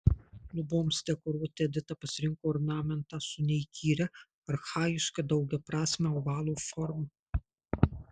luboms dekoruoti edita pasirinko ornamentą su neįkyria archajiška daugiaprasme ovalo forma